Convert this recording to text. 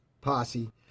Posse